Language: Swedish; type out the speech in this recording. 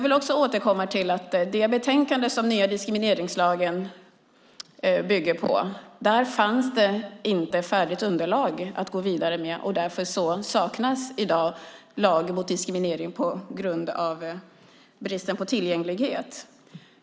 I det betänkande som den nya diskrimineringslagen bygger på fanns inte färdigt underlag att gå vidare med. Därför saknas i dag lag mot diskriminering på grund av brist på tillgänglighet.